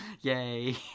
Yay